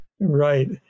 Right